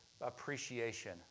appreciation